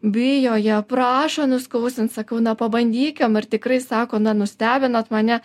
bijo jie prašo nuskausmint sakau na pabandykim ar tikrai sako na nustebinot mane